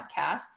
podcasts